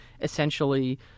essentially